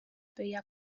püüab